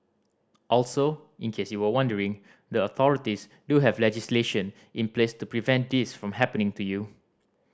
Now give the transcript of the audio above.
also in case you were wondering the authorities do have legislation in place to prevent this from happening to you